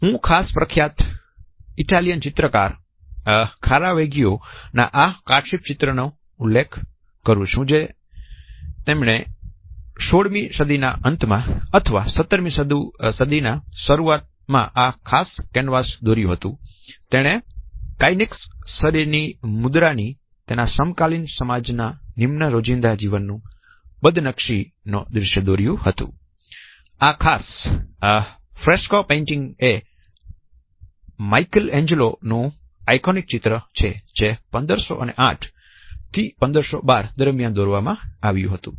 હું ખાસ પ્રખ્યાત ઇટાલિયન ચિત્રકાર કારાવાગીયો ના આ કાર્ડશાર્પ ચિત્ર નો ઉલ્લેખ કરું છું કે જેમણે 16મી સદીના અંતમાં અથવા 17મી સદીની શરૂઆતમાં આ ખાસ કેનવાસ દોર્યું હતું અને તેણે કનિઝિક્સ શરીર ની મુદ્રા થી તેના સમકાલીન સમાજ ના નિમ્ન રોજિંદા જીવનના બદનક્ષીના દૃશ્ય દોર્યા આ ખાસ ફ્રેસ્કો પેઇન્ટિંગ એ માઇકલેંજેલો નું આઇકોનિક ચિત્ર છે જે 1508 1512 દરમિયાન દોરવામાં આવ્યું હતું